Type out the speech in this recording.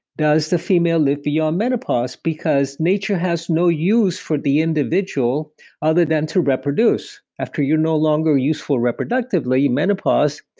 does the female live beyond menopause because nature has no use for the individual other than to reproduce. after you're no longer useful reproductively, menopause,